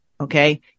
Okay